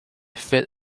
fit